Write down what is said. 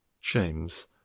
james